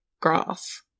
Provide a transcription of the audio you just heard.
grass